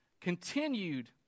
continued